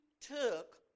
took